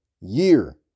year